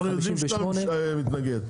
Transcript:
אנחנו יודעים שאתה מתנגד.